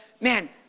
man